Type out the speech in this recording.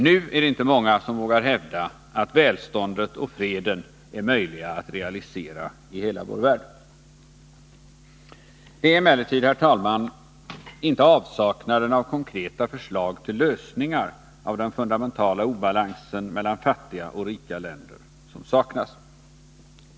Nu är det inte många som vågar hävda att välståndet och freden är möjliga att realisera i hela vår värld. Det är emellertid, herr talman, inte avsaknaden av konkreta förslag till lösningar av den fundamentala obalansen mellan fattiga och rika länder som saknas.